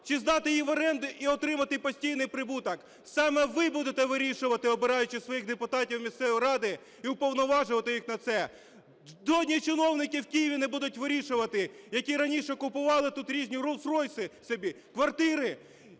чи здати її в оренду і отримати постійний прибуток. Саме ви будете вирішувати, обираючи своїх депутатів в місцеві ради, і уповноважувати їх на це. Жодні чиновники в Києві не будуть вирішувати, які раніше купували тут різні "ролс-ройси" собі, квартири,